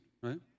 right